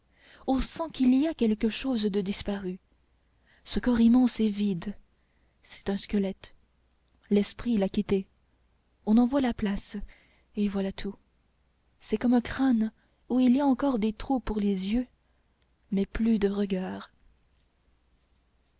on sent qu'il y a quelque chose de disparu ce corps immense est vide c'est un squelette l'esprit l'a quitté on en voit la place et voilà tout c'est comme un crâne où il y a encore des trous pour les yeux mais plus de regard